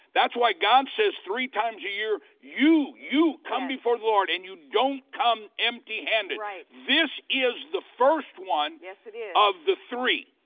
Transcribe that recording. that's why god says three times a year you, you, come before the lord and you don't come empty handed. right. this is the first one and yeah of the three.